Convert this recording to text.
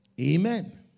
Amen